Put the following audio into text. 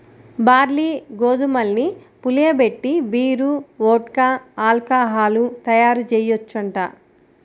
barley, గోధుమల్ని పులియబెట్టి beer, vodka, alcohol తయ్యారుజెయ్యొచ్చంట